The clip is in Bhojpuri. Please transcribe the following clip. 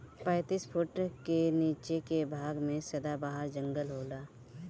पैतीस फुट के नीचे के भाग में सदाबहार जंगल होला